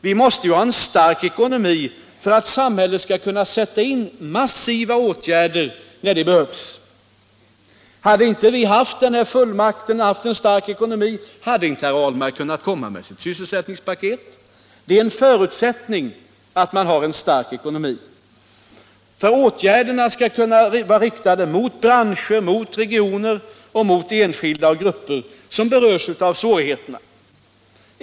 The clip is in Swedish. Vi måste ha en stark ekonomi för att samhället skall kunna sätta in massiva åtgärder när det behövs. Hade vi inte haft den här fullmakten och en stark ekonomi, så hade inte herr Ahlmark kunnat lägga fram sitt sysselsättningspaket. Det är en förutsättning att man har en stark ekonomi. Åtgärderna skall nämligen kunna vara riktade mot branscher, mot regioner och mot enskilda och grupper som berörs av svårigheterna.